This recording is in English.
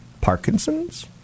Parkinson's